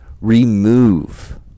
remove